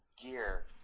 gear